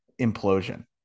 implosion